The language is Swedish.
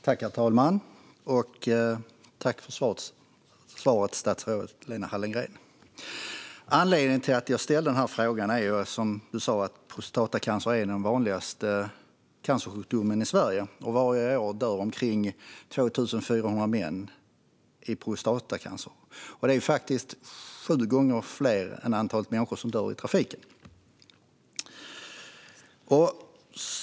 Herr talman! Jag tackar statsrådet Lena Hallengren för svaret. Anledningen till att jag ställde denna fråga är, som du sa, att prostatacancer är den vanligaste cancersjukdomen i Sverige. Varje år dör omkring 2 400 män i prostatacancer. Det är sju gånger fler än antalet människor som dör i trafiken.